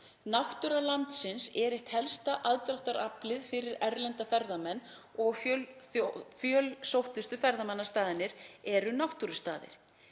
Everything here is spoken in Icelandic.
Náttúra landsins er eitt helsta aðdráttaraflið fyrir erlenda ferðamenn og fjölsóttustu ferðamannastaðirnir eru náttúrustaðir.